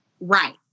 Right